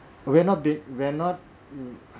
we're not big we're not